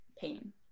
pain